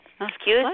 Excuse